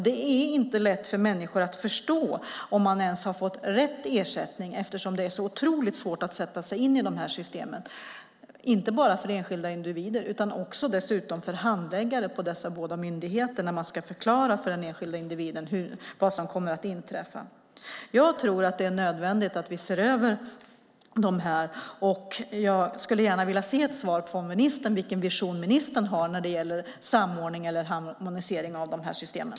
Det är inte lätt för människor att förstå om man ens har fått rätt ersättning eftersom det är så otroligt svårt att sätta sig in i de här systemen, inte bara för enskilda individer utan dessutom för handläggare på dessa båda myndigheter när de ska förklara för den enskilda individen vad som kommer att inträffa. Jag tror att det är nödvändigt att vi ser över de här försäkringarna, och jag skulle gärna vilja få ett svar från ministern som visar vilken vision ministern har när det gäller samordning eller harmonisering av de här systemen.